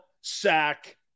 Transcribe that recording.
sack